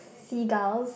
flew out